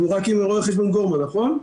אנחנו רק עם עורך הדין גורמן, נכון?